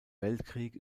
weltkrieg